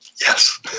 Yes